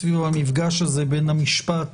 סביב המפגש בין המשפט